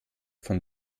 von